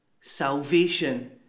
Salvation